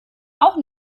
auch